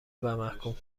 ومحکوم